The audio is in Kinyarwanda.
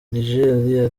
nigel